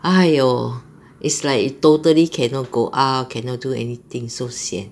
!aiyo! is like totally cannot go out cannot do anything so sian